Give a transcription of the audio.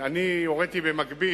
אני הוריתי במקביל,